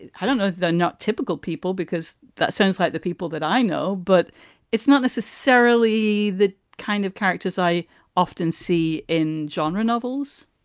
and i don't know the not typical people, because that sounds like the people that i know, but it's not necessarily the kind of characters i often see in genre novels